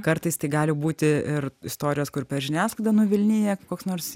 kartais tai gali būti ir istorijos kur per žiniasklaidą nuvilnija kai koks nors